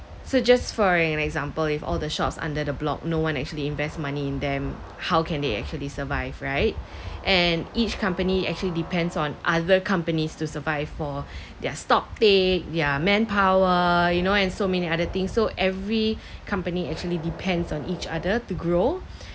so just for an an example if all the shops under the block no one actually invest money in them how can they actually survive right and each company actually depends on other companies to survive for their stock take their manpower you know and so many other things so every company actually depends on each other to grow